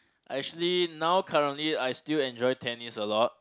I actually now currently I still enjoy tennis a lot